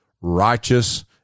righteous